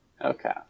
Okay